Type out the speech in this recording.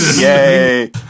Yay